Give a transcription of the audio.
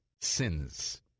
sins